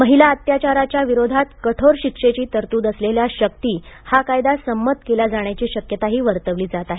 महिला अत्याचाराच्या विरोधात कठोर शिक्षेची तरतूद असलेला शक्ती हा कायदा संमत केला जाण्याची शक्यताही वर्तवली जात आहे